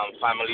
family